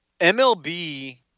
MLB